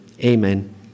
Amen